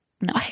No